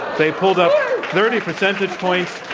they pulled up thirty percentage points.